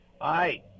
Hi